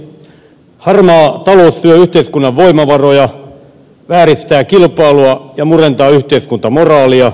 harmaa talous syö yhteiskunnan voimavaroja vääristää kilpailua ja murentaa yhteiskuntamoraalia